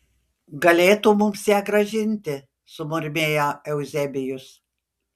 galėtų mums ją grąžinti sumurmėjo euzebijus